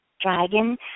dragon